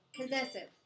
Possessive